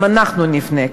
גם אנחנו נפנה,